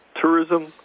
tourism